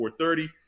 430